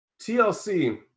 TLC